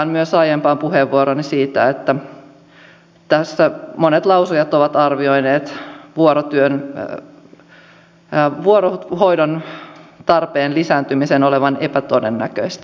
viittaan myös aiempaan puheenvuorooni siitä että tässä monet lausujat ovat arvioineet vuorohoidon tarpeen lisääntymisen olevan epätodennäköistä